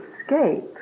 escape